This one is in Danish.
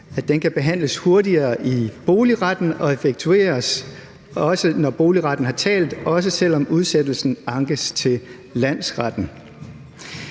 sagen kunne behandles hurtigere i boligretten og effektueres, når boligretten har talt, også selv om udsættelsen ankes til landsretten.